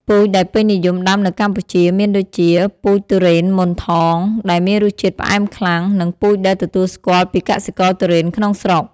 ពូជដែលពេញនិយមដាំនៅកម្ពុជាមានដូចជា ពូជទុរេនម៉ូនថង ដែលមានរសជាតិផ្អែមខ្លាំង និងពូជដែលទទួលស្គាល់ពីកសិករទុរេនក្នុងស្រុក។